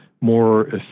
more